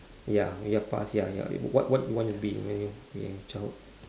ya your past ya ya w~ what you want to be when you when you in childhood